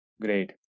Great